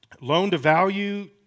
loan-to-value